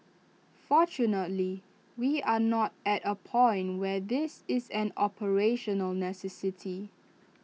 fortunately we are not at A point where this is an operational necessity